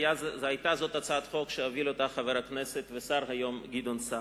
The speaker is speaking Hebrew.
היתה זו הצעת חוק שהוביל חבר הכנסת והשר היום גדעון סער.